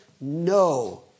no